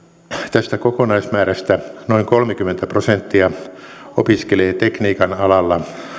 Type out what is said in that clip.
tästä kokonaismäärästä noin kolmekymmentä prosenttia opiskelee tekniikan alalla